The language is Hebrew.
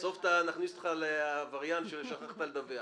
יש פה ויכוח על עובדות.